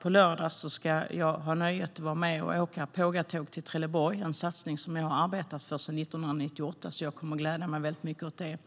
På lördag ska jag ha nöjet att vara med och åka pågatåg till Trelleborg. Det är en satsning som jag har arbetat för sedan 1998, så jag kommer att glädja mig väldigt mycket åt det.